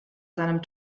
seinem